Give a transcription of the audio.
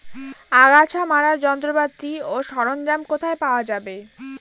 আগাছা মারার যন্ত্রপাতি ও সরঞ্জাম কোথায় পাওয়া যাবে?